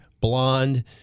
Blonde